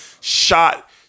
shot